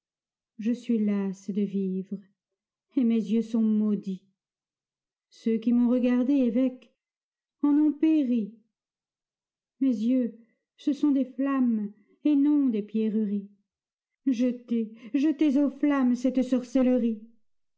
je suis lasse de vivre et mes yeux sont maudits ceux qui m'ont regardé évêque en ont péri mes yeux ce sont des flammes et non des pierreries jetez jetez aux flammes cette sorcellerie